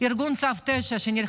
ואני אגיד לך עוד דבר אחרון.